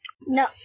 No